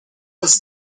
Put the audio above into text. was